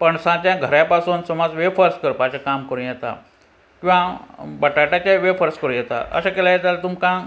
पणसाच्या घऱ्या पासून समज वेफर्स करपाचें काम करूं येता किंवां बटाट्याचे वेफर्स करूं येता अशें केले जाल्यार तुमकां